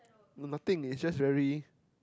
no nothing it's just very